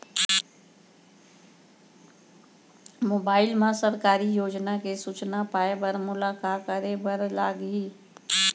mobile मा सरकारी योजना के सूचना पाए बर मोला का करे बर लागही